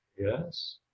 yes